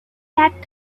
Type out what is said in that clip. that